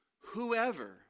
Whoever